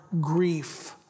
grief